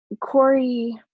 Corey